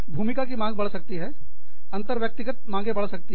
भूमिका की मांग बढ़ सकती है अंतर व्यक्तिगत माँगे बढ़ सकती है